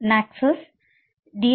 மாணவர் ACCESS